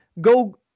Go